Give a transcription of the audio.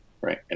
right